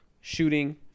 shooting